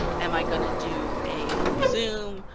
am i going to do a zoom?